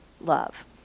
love